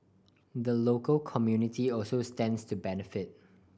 the local community also stands to benefit